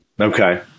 Okay